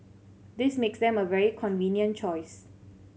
this makes them a very convenient choice